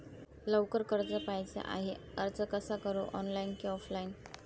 लवकर कर्ज पाहिजे आहे अर्ज कसा करु ऑनलाइन कि ऑफलाइन?